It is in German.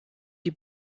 die